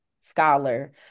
scholar